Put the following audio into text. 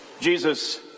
Jesus